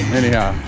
anyhow